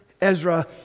Ezra